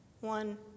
One